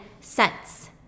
cents